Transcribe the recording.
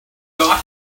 got